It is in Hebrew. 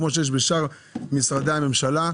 כמו שיש בשאר משרדי הממשלה,